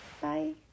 Bye